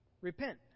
Repent